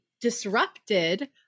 disrupted